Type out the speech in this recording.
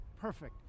perfect